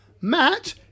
Matt